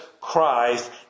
Christ